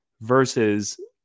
versus